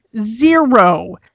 Zero